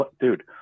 Dude